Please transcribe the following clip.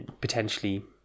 potentially